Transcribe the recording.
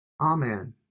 Amen